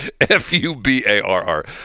F-U-B-A-R-R